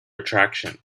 attraction